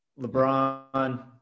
LeBron